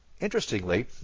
Interestingly